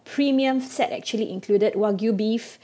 premium set actually included wagyu beef